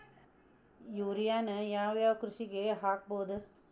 ಯೂರಿಯಾನ ಯಾವ್ ಯಾವ್ ಕೃಷಿಗ ಹಾಕ್ಬೋದ?